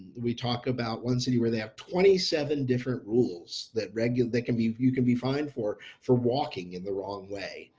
we talked about one city where they have twenty seven different rules that regulate can be, you can be fine for for walking in the wrong way.